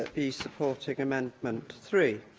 ah be supporting amendment three.